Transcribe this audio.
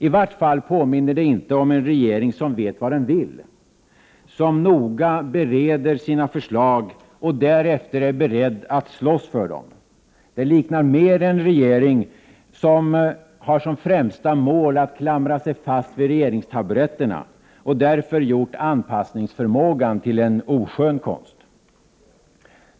I varje fall påminner det inte om en regering som vet vad den vill, som noga bereder sina förslag och därefter är beredd att slåss för dem. Det liknar mer en regering som har som främsta mål att klamra sig fast vid regeringstaburetterna och därför gjort anpassningsförmågan till en oskön konst.